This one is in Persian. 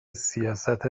سیاست